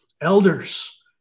elders